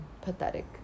Pathetic